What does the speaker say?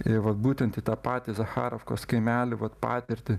į vat būtent į tą patį zacharovkos kaimelį vat patirtį